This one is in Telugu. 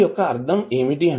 దీని యొక్క అర్థం ఏమిటి